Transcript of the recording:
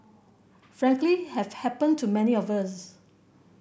frankly have happened to many of us